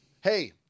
hey